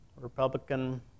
Republican